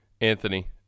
Anthony